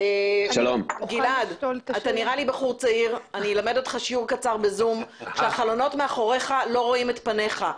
אני אלמד אותך שיעור קצר בזום: כשהחלונות מאחוריך לא רואים את פניך.